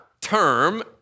term